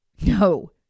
No